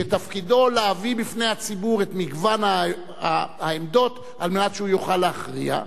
שתפקידו להביא בפני הציבור את מגוון העמדות על מנת שהוא יוכל להכריע,